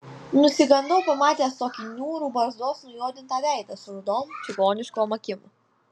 nusigandau pamatęs tokį niūrų barzdos nujuodintą veidą su rudom čigoniškom akim